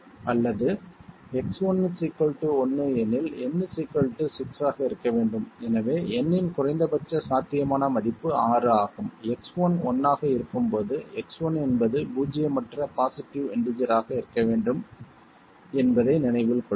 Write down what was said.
அல்லது X 1 1 எனில் n 6 ஆக இருக்க வேண்டும் எனவே n இன் குறைந்தபட்ச சாத்தியமான மதிப்பு 6 ஆகும் X1 1 ஆக இருக்கும்போது X1 என்பது பூஜ்ஜியமற்ற பாசிட்டிவ் இண்டீஜர் ஆக இருக்க வேண்டும் என்பதை நினைவில் கொள்ளுங்கள்